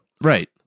Right